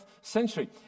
century